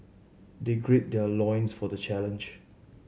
they gird their loins for the challenge